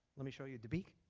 let me show you dabiq.